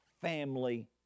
family